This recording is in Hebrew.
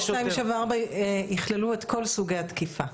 274 יכללו את כל סוגי התקיפה.